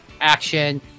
action